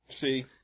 See